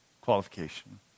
qualification